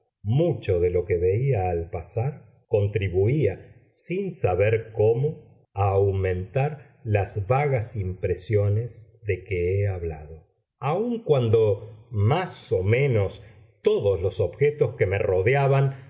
mucho de lo que veía al pasar contribuía sin saber cómo a aumentar las vagas impresiones de que he hablado aun cuando más o menos todos los objetos que me rodeaban